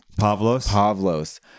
Pavlos